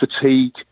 fatigue